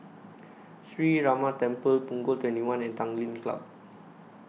Sree Ramar Temple Punggol twenty one and Tanglin Club